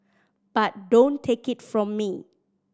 but don't take it from me